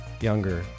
younger